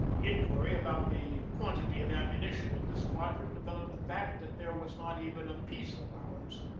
inquiry about the quantity of ammunition in the squadron devel oped the fact that there was not even a peace allow ance.